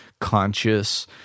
conscious